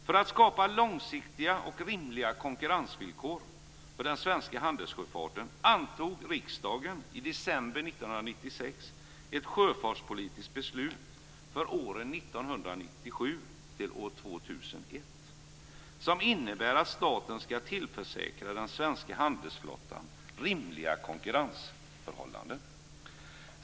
För att skapa långsiktiga och rimliga konkurrensvillkor för den svenska handelssjöfarten antog riksdagen i december 1996 ett sjöfartspolitiskt beslut för åren 1997 till 2001 som innebar att staten skulle tillförsäkra den svenska handelsflottan rimliga konkurrensförhållanden.